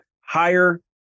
higher